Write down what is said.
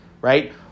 right